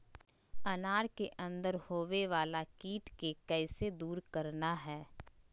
अनार के अंदर होवे वाला कीट के कैसे दूर करना है?